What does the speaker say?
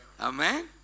Amen